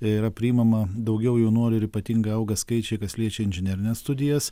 yra priimama daugiau jaunuolių ir ypatingai auga skaičiai kas liečia inžinerines studijas